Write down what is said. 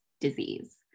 disease